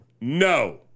no